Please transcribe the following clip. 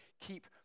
keep